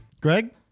Greg